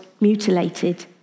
mutilated